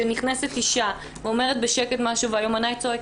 שנכנסת אישה ואומרת בשקט משהו והיומנאי צועק,